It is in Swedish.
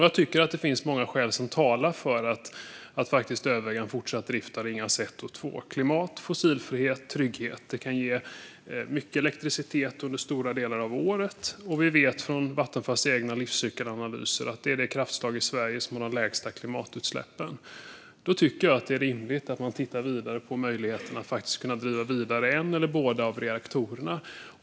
Jag tycker att det finns många skäl som talar för att faktiskt överväga en fortsatt drift av Ringhals 1 och 2, till exempel klimat, fossilfrihet och trygghet. Det kan ge mycket elektricitet under stora delar av året, och vi vet från Vattenfalls egna livscykelanalyser att kärnkraften är det kraftslag i Sverige som har de lägsta klimatutsläppen. Därför tycker jag att det är rimligt att man tittar vidare på möjligheten att faktiskt driva vidare en eller båda reaktorerna.